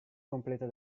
completa